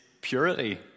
purity